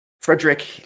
Frederick